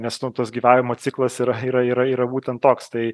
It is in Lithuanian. nes nu tas gyvavimo ciklas yra yra yra yra būtent toks tai